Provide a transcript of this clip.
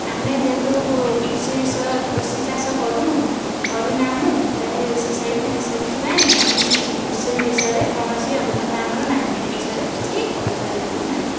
ଆମେ ଯେହେତୁ କୃଷି ବିଷୟ କୃଷି ଚାଷ କରୁନୁ କରିନାହୁଁ ସେହିଥି ସେଥିପାଇଁ ଆମେ କୃଷି ବିଷୟରେ କୌଣସି ଅଭିଜ୍ଞତା ଆମର ନାହିଁ ଏହି ବିଷୟରେ କିଛି କହିପାରିବୁ ନାହିଁ